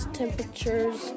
temperatures